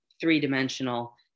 three-dimensional